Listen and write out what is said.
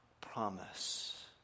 promise